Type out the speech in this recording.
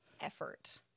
effort